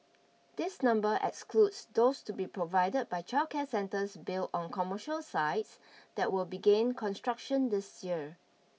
this number excludes those to be provided by childcare centres built on commercial sites that will begin construction this year